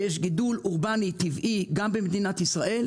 יש גידול אורבני טבעי גם במדינת ישראל,